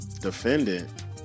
defendant